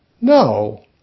no